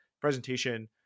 presentation